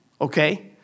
okay